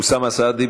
אוסאמה סעדי.